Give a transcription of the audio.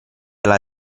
alla